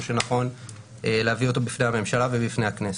שנכון להביא אותו בפני הממשלה ובפני הכנסת.